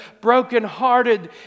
brokenhearted